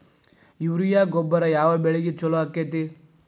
Urea ಗೊಬ್ಬರ ಯಾವ ಬೆಳಿಗೆ ಛಲೋ ಆಕ್ಕೆತಿ?